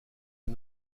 est